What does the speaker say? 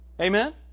Amen